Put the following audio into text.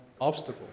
obstacle